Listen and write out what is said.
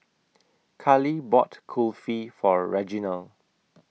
Carli bought Kulfi For Reginal